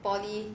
poly